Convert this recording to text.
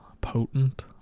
potent